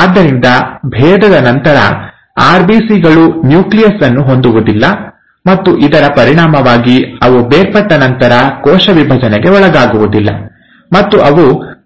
ಆದ್ದರಿಂದ ಭೇದದ ನಂತರ ಆರ್ಬಿಸಿ ಗಳು ನ್ಯೂಕ್ಲಿಯಸ್ ಅನ್ನು ಹೊಂದಿರುವುದಿಲ್ಲ ಮತ್ತು ಇದರ ಪರಿಣಾಮವಾಗಿ ಅವು ಬೇರ್ಪಟ್ಟ ನಂತರ ಕೋಶ ವಿಭಜನೆಗೆ ಒಳಗಾಗುವುದಿಲ್ಲ ಮತ್ತು ಅವು